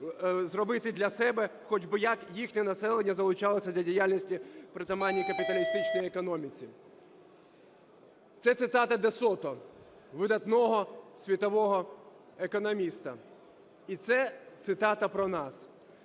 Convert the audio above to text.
зробити для себе, хоч би як їхнє населення залучалося до діяльності притаманній капіталістичній економіці". Це цитата де Сото - видатного світового економіста, і це цитата про нас.